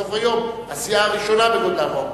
בסוף היום הסיעה הראשונה בגודלה באופוזיציה.